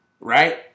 right